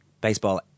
baseball